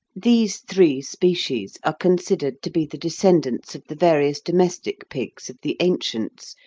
these three species are considered to be the descendants of the various domestic pigs of the ancients,